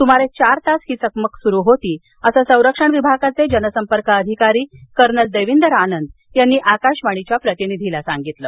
सुमारे चार तास ही चकमक सुरु होती असं संरक्षण विभागाचे जनसंपर्क अधिकारी कर्नल देविंदर आनंद यांनी आकाशवाणीच्या प्रतिनिधीला सांगितलं